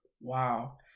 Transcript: wow